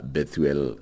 Bethuel